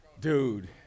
Dude